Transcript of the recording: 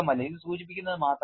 ഇത് സൂചിപ്പിക്കുന്നത് മാത്രമാണ്